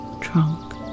trunk